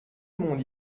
monde